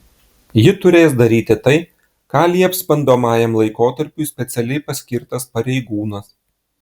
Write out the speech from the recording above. ji turės daryti tai ką lieps bandomajam laikotarpiui specialiai paskirtas pareigūnas